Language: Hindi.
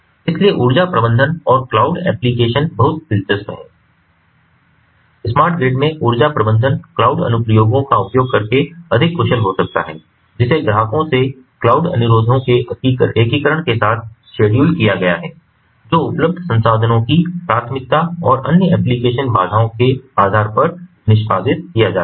इसलिए ऊर्जा प्रबंधन और क्लाउड एप्लिकेशन बहुत दिलचस्प हैं स्मार्ट ग्रिड में ऊर्जा प्रबंधन क्लाउड अनुप्रयोगों का उपयोग करके अधिक कुशल हो सकता है जिसे ग्राहकों से क्लाउड अनुरोधों के एकीकरण के साथ शेड्यूल किया गया है जो उपलब्ध संसाधनों की प्राथमिकता और अन्य एप्लिकेशन बाधाओं के आधार पर निष्पादित किया जाना है